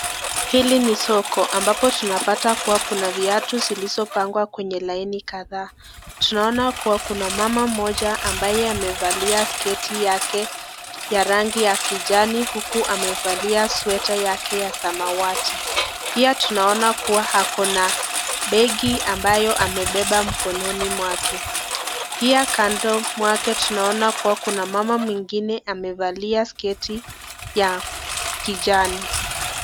Hili ni soko, ambapo tunapata kuwa kuna viatu zilizopangwa kwenye laini kadhaa. Tunaona kuwa kuna mama moja ambaye amevalia sketi yake ya rangi ya kijani uku amevalia sweta yake ya samawati. Pia tunaona kuwa ako na begi ambayo amebeba mikononi mwake. Pia kando mwake tunaona kuwa kuna mama mwingine amevalia sketi ya kijani.